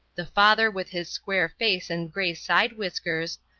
the father with his square face and grey side whiskers,